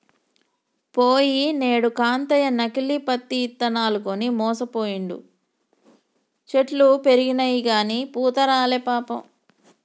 పోయినేడు కాంతయ్య నకిలీ పత్తి ఇత్తనాలు కొని మోసపోయిండు, చెట్లు పెరిగినయిగని పూత రాలే పాపం